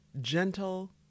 gentle